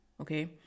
Okay